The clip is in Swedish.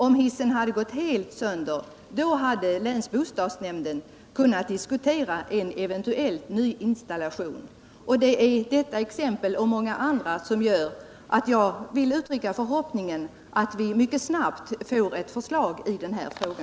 Om hissen hade gått helt sönder, hade länsbostadsnämnden kunnat diskutera en eventuell ny installation. Detta exempel och många andra gör att jag vill uttrycka den förhoppningen att vi mycket snart skall få ett förslag i denna fråga.